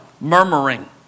murmuring